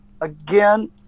again